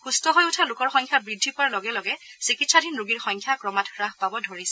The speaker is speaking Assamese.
সুস্থ হৈ উঠা লোকৰ সংখ্যা বৃদ্ধি পোৱাৰ লগে লগে চিকিৎসাধীন ৰোগীৰ সংখ্যা ক্ৰমাৎ হ্ৰাস পাব ধৰিছে